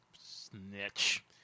Snitch